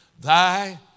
thy